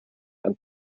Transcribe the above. and